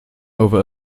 over